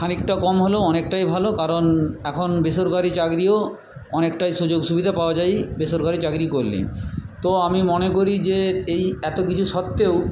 খানিকটা কম হলেও অনেকটাই ভালো কারণ এখন বেসরকারি চাকরিও অনেকটাই সুযোগ সুবিধা পাওয়া যায় বেসরকারি চাকরি করলে তো আমি মনে করি যে এই এত কিছু সত্ত্বেও